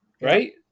right